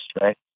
right